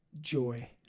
joy